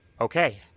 Okay